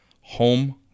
home